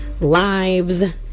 lives